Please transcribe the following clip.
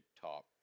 top